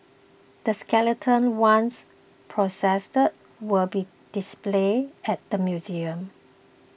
the skeleton once processed will be displayed at the museum